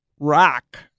rock